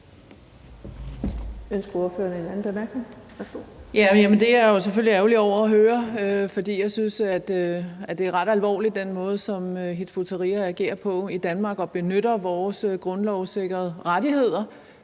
jeg jo selvfølgelig ærgerlig over at høre. For jeg synes, at det er ret alvorligt med den måde, som Hizb ut-Tahrir agerer på i Danmark, og at de benytter vores grundlovssikrede rettigheder